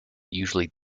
usually